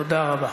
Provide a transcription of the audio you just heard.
תודה רבה.